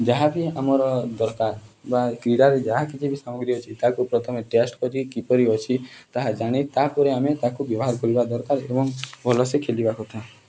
ଯାହା ବିି ଆମର ଦରକାର ବା କ୍ରୀଡ଼ାରେ ଯାହା କିଛି ବି ସାମଗ୍ରୀ ଅଛି ତାକୁ ପ୍ରଥମେ ଟେଷ୍ଟ୍ କରି କିପରି ଅଛି ତାହା ଜାଣି ତା'ପରେ ଆମେ ତାକୁ ବ୍ୟବହାର କରିବା ଦରକାର ଏବଂ ଭଲସେ ଖେଳିବା କଥା